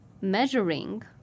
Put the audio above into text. measuring